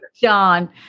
John